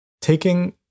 Taking